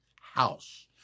house